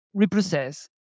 reprocess